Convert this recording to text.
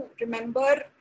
remember